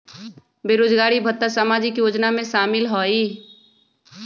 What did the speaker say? बेरोजगारी भत्ता सामाजिक योजना में शामिल ह ई?